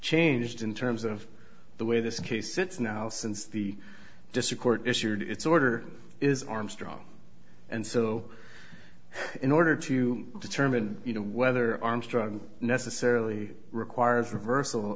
changed in terms of the way this case sits now since the district court issued its order is armstrong and so in order to determine you know whether armstrong necessarily requires reversal